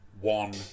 One